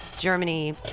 Germany